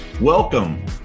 Welcome